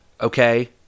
okay